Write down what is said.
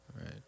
Right